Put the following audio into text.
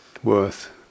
worth